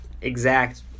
exact